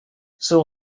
seoul